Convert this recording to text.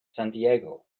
santiago